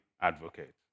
advocate